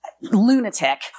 lunatic